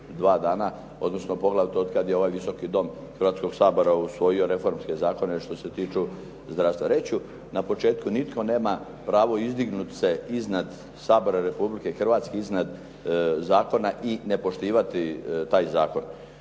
dva dana, odnosno poglavito od kada je ovaj Visoki dom Hrvatskog sabora usvojio reformske zakone što se tiču zdravstva. Reći ću na početku. Nitko nema pravo izdignuti se iznad Sabora Republike Hrvatske, iznad zakona i nepoštivati taj zakon.